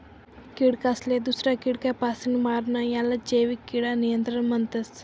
किडासले दूसरा किडापासीन मारानं यालेच जैविक किडा नियंत्रण म्हणतस